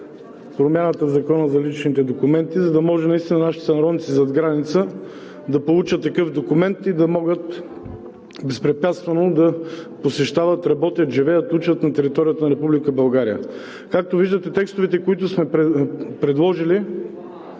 промяната в Закона за личните документи, за да може наистина нашите сънародници зад граница да получат такъв документ и безпрепятствено да посещават, работят, живеят, учат на територията на Република България. Както виждате, текстовете, които сме предложили,